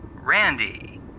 Randy